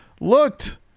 looked